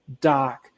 doc